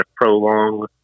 prolong